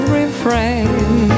refrain